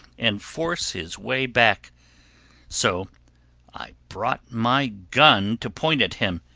and force his way back so i brought my gun to point at him,